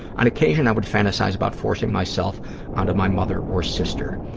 on occasion i would fantasize about forcing myself onto my mother or sister.